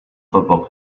football